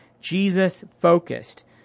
Jesus-focused